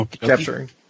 capturing